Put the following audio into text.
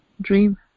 Dream